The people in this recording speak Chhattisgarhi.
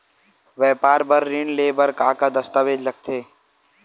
व्यापार बर ऋण ले बर का का दस्तावेज लगथे?